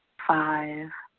five,